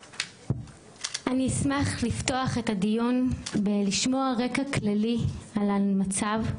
אני אשמח לפתוח את הדיון ולשמוע רקע כללי על המצב,